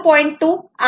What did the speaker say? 2 आणि 5